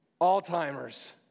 Alzheimer's